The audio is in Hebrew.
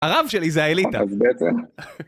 הרב שלי זה האליטה.